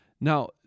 Now